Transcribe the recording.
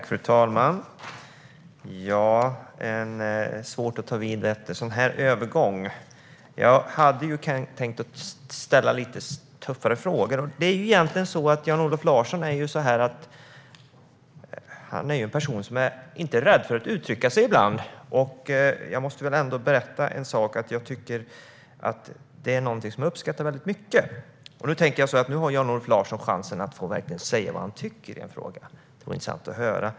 Fru talman! Det är svårt att ta vid efter en sådan här övergång. Jag hade tänkt ställa lite tuffare frågor. Jan-Olof Larsson är en person som inte är rädd för att uttrycka sig, och jag måste berätta att det är någonting som jag uppskattar väldigt mycket. Jag tänker att Jan-Olof Larsson nu har chansen att verkligen säga vad han tycker i en fråga. Det vore intressant att höra.